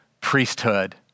priesthood